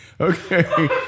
Okay